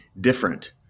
different